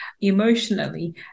emotionally